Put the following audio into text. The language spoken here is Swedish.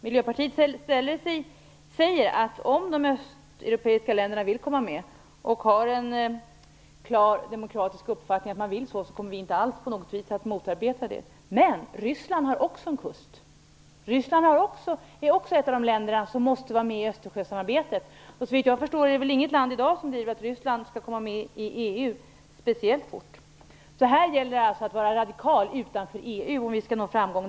Miljöpartiet säger att om de östeuropeiska länderna vill komma med och har en klar demokratisk uppfattning om att de vill göra det, kommer vi inte alls att motarbeta det. Men Ryssland har också en kust. Ryssland är också ett av de länder som måste vara med i Östersjösamarbetet. Såvitt jag förstår är det väl inget land som i dag driver att Ryssland skall komma med i EU särskilt snabbt. Här gäller det att vara radikal utanför EU om vi skall nå framgång.